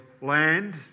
land